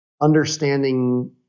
understanding